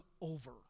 over